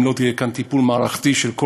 אם לא יהיה כאן טיפול מערכתי של כל